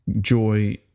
joy